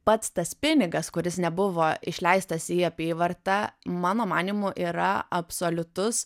pats tas pinigas kuris nebuvo išleistas į apyvartą mano manymu yra absoliutus